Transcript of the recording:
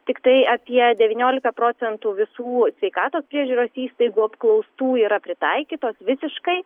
tiktai apie devyniolika procentų visų sveikatos priežiūros įstaigų apklaustų yra pritaikytos visiškai